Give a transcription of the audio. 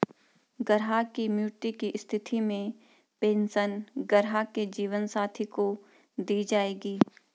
ग्राहक की मृत्यु की स्थिति में पेंशन ग्राहक के जीवन साथी को दी जायेगी